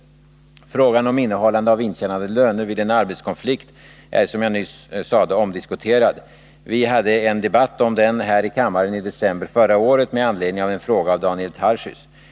Frågan om innehållande av intjänade löner vid en arbetskonflikt är som jag nyss sade omdiskuterad. Vi hade en debatt om den här i riksdagen i december förra året med anledning av en fråga av Daniel Tarschys.